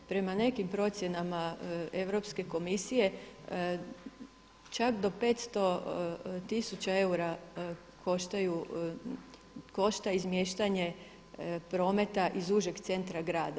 Prema nekim procjenama Europske komisije čak do 500 tisuća eura košta izmiještanje prometa iz užeg centra grada.